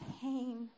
pain